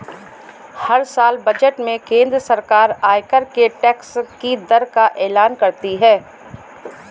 हर साल बजट में केंद्र सरकार आयकर के टैक्स की दर का एलान करती है